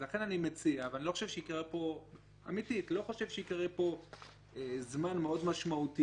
לכן אני מציע ואני לא חושב שיקרה פה זמן מאוד משמעותי.